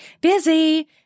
busy